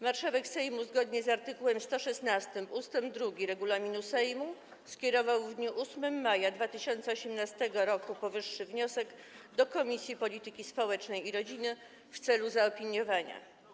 Marszałek Sejmu zgodnie z art. 116 ust. 2 regulaminu Sejmu skierował w dniu 8 maja 2018 r. powyższy wniosek do Komisji Polityki Społecznej i Rodziny w celu zaopiniowania.